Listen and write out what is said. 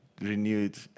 renewed